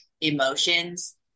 emotions